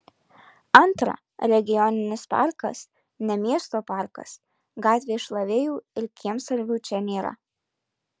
antra regioninis parkas ne miesto parkas gatvės šlavėjų ir kiemsargių čia nėra